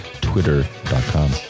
Twitter.com